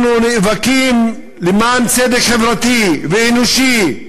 אנחנו נאבקים למען צדק חברתי ואנושי,